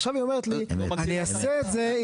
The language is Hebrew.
עכשיו היא אומרת לי אני אעשה את זה,